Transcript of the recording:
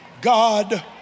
God